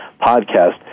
podcast